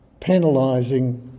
penalising